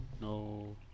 No